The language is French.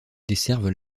desservent